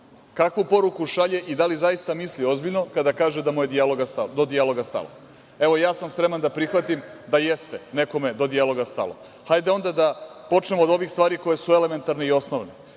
Kakvu poruku šalje i da li zaista misli ozbiljno kada kaže da mu je do dijaloga stalo. Evo, ja sam spreman da prihvatim da jeste nekome do dijaloga stalo. Hajde onda da počnemo od ovih stvari koje su elementarne i osnovne. Ako